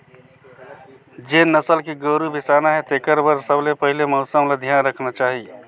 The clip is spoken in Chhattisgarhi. जेन नसल के गोरु बेसाना हे तेखर बर सबले पहिले मउसम ल धियान रखना चाही